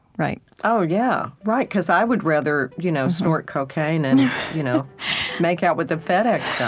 right? oh, yeah. right, because i would rather you know snort cocaine and you know make out with the fedex yeah